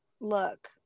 look